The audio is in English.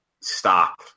stop